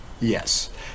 Yes